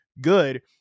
good